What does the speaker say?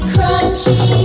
Crunchy